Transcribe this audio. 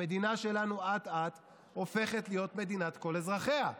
המדינה שלנו אט-אט הופכת להיות מדינת כל אזרחיה.